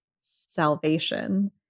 salvation